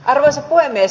arvoisa puhemies